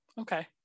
okay